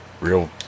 real